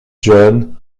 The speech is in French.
john